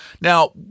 Now